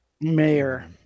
Mayor